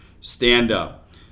stand-up